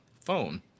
phone